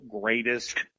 greatest